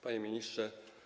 Panie Ministrze!